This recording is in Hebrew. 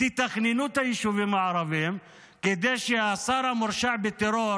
תתכננו את היישובים הערביים כדי שהשר המורשע בטרור